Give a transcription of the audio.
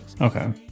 okay